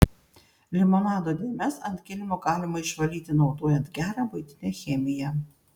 limonado dėmes ant kilimo galima išvalyti naudojant gerą buitinę chemiją